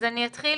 אז אני אפתח,